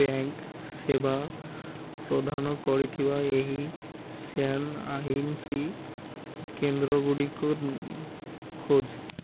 ବିଜ୍ଞାନ ସେବା ପ୍ରଦାନ କରିଥିବା ଏହି ଶ୍ୟାମ ଆହିନସି କେନ୍ଦ୍ରଗୁଡ଼ିକ ଖୋଜ